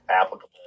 applicable